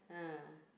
ah